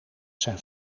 zijn